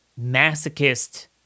masochist